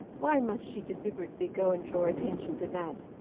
why must she deliberately go and draw attention to that?